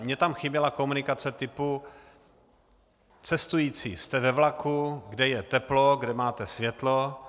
Mně tam chyběla komunikace typu: cestující, jste ve vlaku, kde je teplo, kde máte světlo.